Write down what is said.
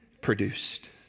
produced